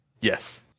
Yes